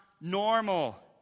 normal